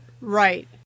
Right